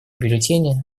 бюллетени